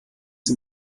sie